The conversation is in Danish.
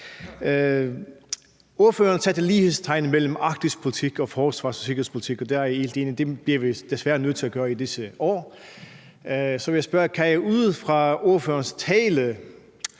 Ordføreren satte lighedstegn mellem arktisk politik og forsvars- og sikkerhedspolitik, og der er jeg helt enig. Det bliver vi desværre nødt til at gøre i disse år. Så vil jeg spørge: Kan jeg ud fra ordførerens tale